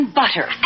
butter